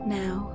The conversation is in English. now